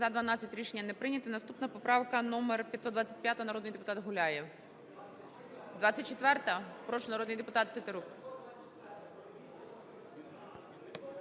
За-12 Рішення не прийнято. Наступна поправка - номер 525, народний депутат Гуляєв. 24-а? Прошу, народний депутат Тетерук.